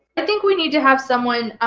i think we need to have someone,